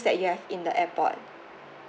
that you have in the airport